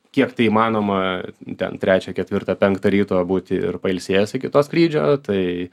kiek tai įmanoma ten trečią ketvirtą penktą ryto būti ir pailsėjęs iki to skrydžio tai